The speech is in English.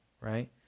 right